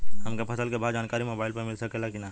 हमके फसल के भाव के जानकारी मोबाइल पर मिल सकेला की ना?